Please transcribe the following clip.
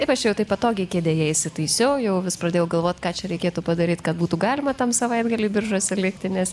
taip aš jau taip patogiai kėdėje įsitaisiau jau vis pradėjau galvot ką čia reikėtų padaryt kad būtų galima tam savaitgaliui biržuose likti nes